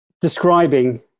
describing